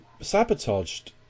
sabotaged